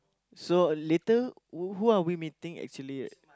so later who are we meeting actually